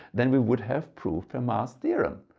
then we would have proved fermat's theorem.